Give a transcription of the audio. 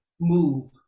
Move